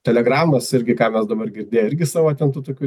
telegramas irgi ką mes dabar girdėję irgi savo ten tų tokių